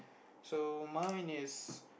so mine is